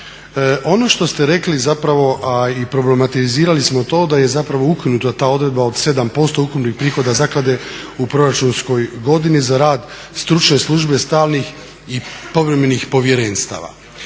Ono što ste rekli zapravo, a i problematizirali smo to da je zapravo ukinuta ta odredba od 7% ukupnih prihoda zaklade u proračunskoj godini za rad stručne službe stalnih i povremenih povjerenstava.